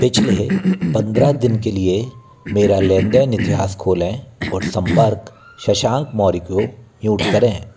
पिछले पंद्रह दिन के लिए मेरा लेन देन इतिहास खोलें और संपर्क शशांक मौर्य को म्यूट करें